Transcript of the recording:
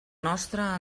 nostre